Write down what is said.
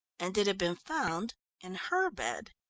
and it had been found in her bed!